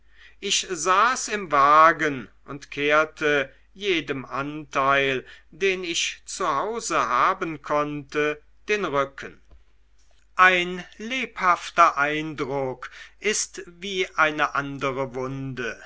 ich saß im wagen und kehrte jedem anteil den ich zu hause haben konnte den rücken ein lebhafter eindruck ist wie eine andere wunde